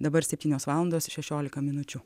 dabar septynios valandos šešiolika minučių